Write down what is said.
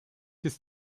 ist